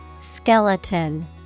Skeleton